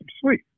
Sweet